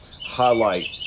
highlight